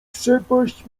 przepaść